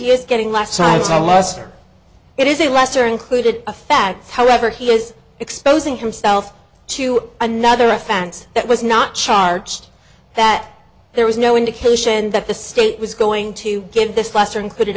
is getting less sites i muster it is a lesser included a fact however he is exposing himself to another offense that was not charged that there was no indication that the state was going to give this lesser included